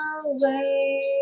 away